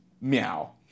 Meow